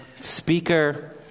speaker